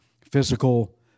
physical